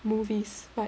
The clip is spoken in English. movies but